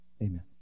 Amen